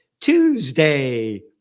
tuesday